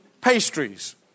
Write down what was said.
pastries